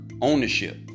Ownership